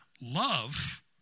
love